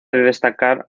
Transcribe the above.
destacar